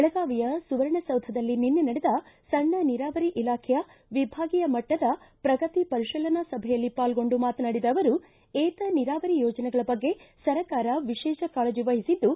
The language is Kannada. ಬೆಳಗಾವಿಯ ಸುವರ್ಣಸೌಧದಲ್ಲಿ ನಿನ್ನೆ ನಡೆದ ಸಣ್ಣ ನೀರಾವರಿ ಇಲಾಖೆಯ ವಿಭಾಗೀಯ ಮಟ್ಟದ ಪ್ರಗತಿ ಪರಿಶೀಲನಾ ಸಭೆಯಲ್ಲಿ ಪಾಲ್ಗೊಂಡು ಮಾತನಾಡಿದ ಅವರು ಏತ ನೀರಾವರಿ ಯೋಜನೆಗಳ ಬಗ್ಗೆ ಸರ್ಕಾರ ವಿಶೇಷ ಕಾಳಜಿ ವಹಿಸಿದ್ದು